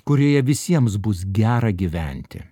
kurioje visiems bus gera gyventi